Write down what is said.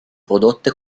prodotta